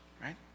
Right